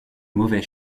mauvais